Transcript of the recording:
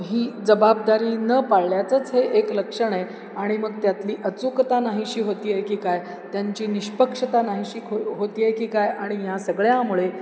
ही जबाबदारी न पाळल्याचंच हे एक लक्षण आहे आणि मग त्यातली अचूकता नाहीशी होते आहे की काय त्यांची निष्पक्षता नाहीशी हो होते आहे की काय आणि या सगळ्यामुळे